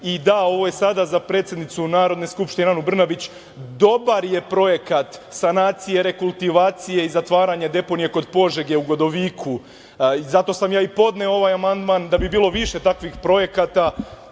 da, ovo je sada za predsednicu Narodne skupštine Anu Brnabić, dobar je projekat sanacije, rekultivacije i zatvaranje deponije kod Požege u Godoviku. Zato sam ja i podneo ovaj amandman, da bi bilo više takvih projekata.